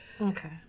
Okay